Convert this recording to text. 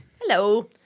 Hello